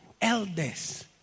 elders